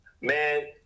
Man